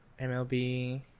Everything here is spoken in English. MLB